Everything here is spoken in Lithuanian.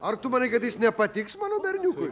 ar tu manai kad jis nepatiks mano berniukui